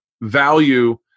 value